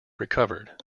recovered